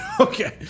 Okay